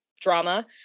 drama